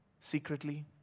secretly